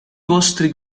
vostri